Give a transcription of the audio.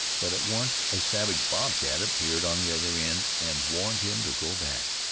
but at once a savage bobcat appeared on the other end and warned him to go back.